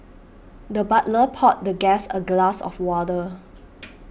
the butler poured the guest a glass of water